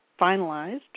finalized